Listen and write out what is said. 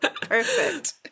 perfect